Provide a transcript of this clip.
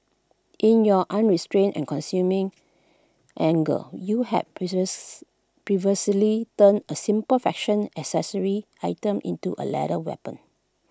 in your unrestrained and consuming anger you had perversely turned A simple fashion accessory item into A lethal weapon